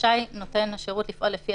רשאי נותן השירות לפעול לפי